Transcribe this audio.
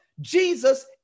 Jesus